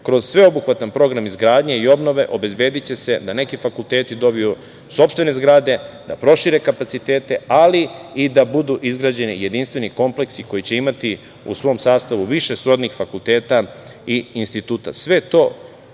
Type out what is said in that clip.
kroz sveobuhvatan program izgradnje i obnove obezbediće se da neki fakulteti dobiju sopstvene zgrade, da prošire kapacitete, ali i da budu izgrađeni jedinstveni kompleksi koji će imati u svom sastavu više srodnih fakulteta i instituta. Sve to